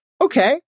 Okay